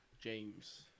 James